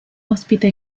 ospita